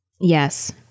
Yes